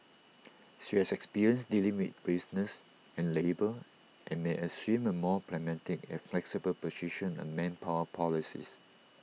she has experience dealing with business and labour and may assume A more pragmatic and flexible position on manpower policies